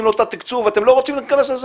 לו את התקצוב ואתם לא רוצים להיכנס לזה?